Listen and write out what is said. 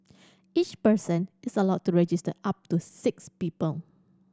each person is allowed to register up to six people